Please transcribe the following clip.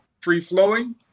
free-flowing